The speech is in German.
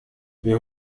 wir